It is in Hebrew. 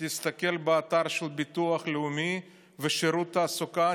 תסתכל באתר של הביטוח הלאומי ושירות התעסוקה,